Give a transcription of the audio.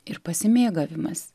ir pasimėgavimas